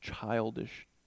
childish